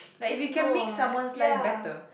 it's not ya